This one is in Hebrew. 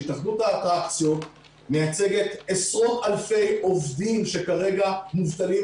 התאחדות האטרקציות מייצגת עשרות אלפי עובדים שכרגע מובטלים,